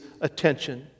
attention